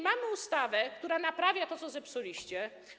Mamy ustawę, która naprawia to, co zepsuliście.